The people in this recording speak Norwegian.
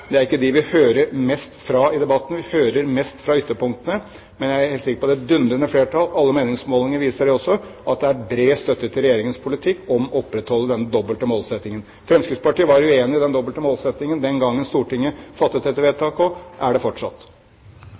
Det er ikke dem vi hører mest fra i debatten, vi hører mest fra ytterpunktene. Men jeg her helt sikker på at det er dundrende flertall for – alle meningsmålinger viser også det – Regjeringens politikk om å opprettholde denne dobbelte målsettingen. Fremskrittspartiet var uenig i denne dobbelte målsettingen den gangen Stortinget fattet dette vedtaket, og er det fortsatt.